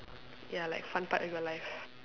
ya like fun part of your life